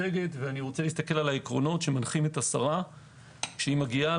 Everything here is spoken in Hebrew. נסתכל על העקרונות שמנחים את השרה כשהיא מגיעה